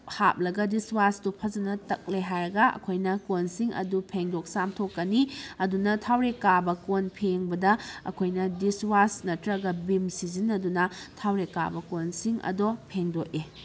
ꯍꯥꯞꯂꯒ ꯗꯤꯁꯋꯥꯁꯇꯣ ꯐꯖꯅ ꯇꯛꯂꯦ ꯍꯥꯏꯔꯒ ꯑꯩꯈꯣꯏꯅ ꯀꯣꯟꯁꯤꯡ ꯑꯗꯨ ꯐꯦꯡꯗꯣꯛ ꯆꯥꯝꯊꯣꯛꯀꯅꯤ ꯑꯗꯨꯅ ꯊꯥꯎꯔꯦꯛ ꯀꯥꯕ ꯀꯣꯟ ꯐꯦꯡꯕꯗ ꯑꯩꯈꯣꯏꯅ ꯗꯤꯁꯋꯥꯁ ꯅꯠꯇꯔꯒ ꯚꯤꯝ ꯁꯤꯖꯤꯟꯅꯗꯨꯅ ꯊꯥꯎꯔꯦꯛ ꯀꯥꯕ ꯀꯣꯟꯁꯤꯡ ꯑꯗꯣ ꯐꯦꯡꯗꯣꯛꯏ